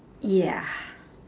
ya